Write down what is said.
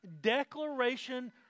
declaration